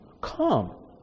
Come